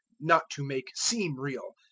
not to make seem real.